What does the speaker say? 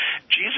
Jesus